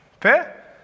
Fair